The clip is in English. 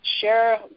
share